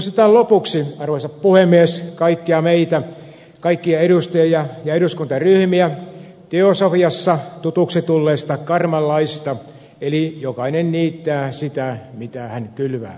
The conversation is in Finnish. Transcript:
muistutan lopuksi arvoisa puhemies kaikkia edustajia ja eduskuntaryhmiä teosofiassa tutuksi tulleesta karman laista eli jokainen niittää sitä mitä hän kylvää